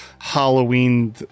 Halloween